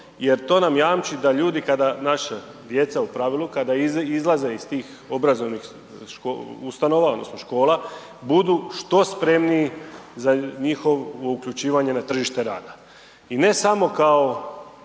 jer to nam jamči da ljudi, kada naša djeca u pravilu, kada izlaze iz tih obrazovnih ustanova, odnosno škola, budu što spremniji za njihovo uključivanje na tržište rada. I ne samo kao